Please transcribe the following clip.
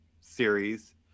series